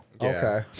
Okay